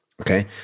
okay